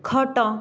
ଖଟ